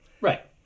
Right